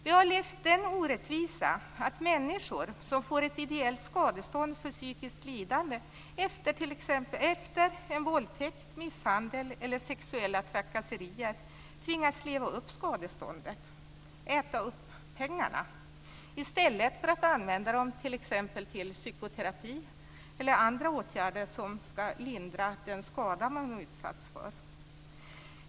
Vi har lyft orättvisan att människor som får ett ideellt skadestånd för psykiskt lidande efter en våldtäkt, misshandel eller sexuella trakasserier tvingas leva upp skadeståndet, äta upp pengarna, i stället för att använda dem t.ex. till psykoterapi eller andra åtgärder som ska lindra den skada man utsatts för.